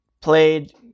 played